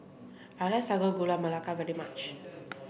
I like Sago Gula Melaka very much